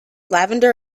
lavender